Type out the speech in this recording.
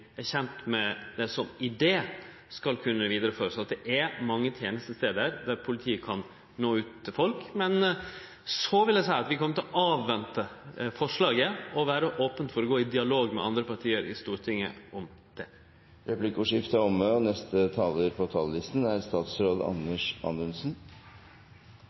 er kjente med som idé, skal kunne vidareførast, slik at det er mange tenestestader der politiet kan nå ut til folk. Så vil eg seie at vi kjem til å vente på forslaget og vere opne for å gå i dialog med andre parti i Stortinget om det. Replikkordskiftet er omme. La meg først få lov til å takke for en ryddig og